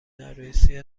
عروسی